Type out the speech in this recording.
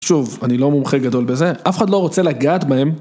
שוב, אני לא מומחה גדול בזה, אף אחד לא רוצה לגעת בהם.